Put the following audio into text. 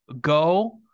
go